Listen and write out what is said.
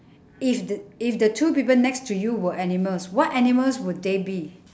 if t~ if the two people next to you were animals what animals would they be